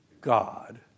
God